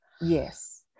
Yes